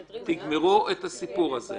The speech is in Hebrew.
תגמרו את הסיפור הזה.